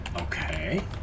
Okay